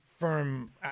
Firm